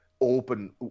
open